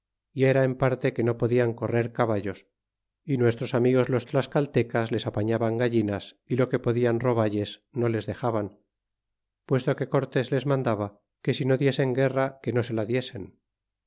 y era en parte que no podian correr caballos y nuestros amigos los tlascaltecas les apañaban gallinas y lo que podian roballes no les dexaban puesto que cortés les mandaba que si no diesen guerra que no se la diesen